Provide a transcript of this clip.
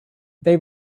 they